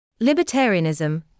Libertarianism